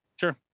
Sure